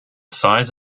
size